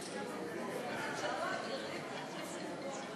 חברות וחברי הכנסת,